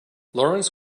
lawrence